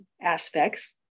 aspects